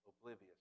oblivious